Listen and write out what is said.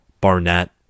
Barnett